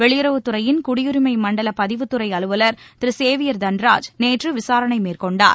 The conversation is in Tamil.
வெளியுறவு துறையின் குடியுரிமை மண்டல பதிவுத்துறை அலுவலர் திரு சேவியர் தன்ராஜ் நேற்று விசாரணை மேற்கொண்டார்